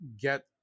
get